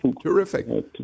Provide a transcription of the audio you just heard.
Terrific